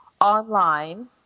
online